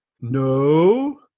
no